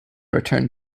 returned